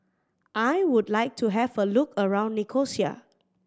I would like to have a look around Nicosia